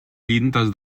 llindes